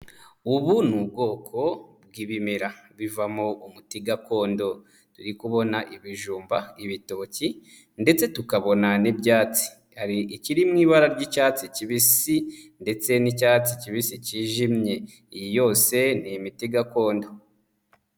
Ubu ni ubwoko bw'ibimera bivamo umuti gakondo, turi kubona ibijumba, ibitoki ndetse tukabona n'ibyatsi, hari ikiri mu ibara ry'icyatsi kibisi ndetse n'icyatsi kibisi kijimye, iyi yose ni imiti gakondo.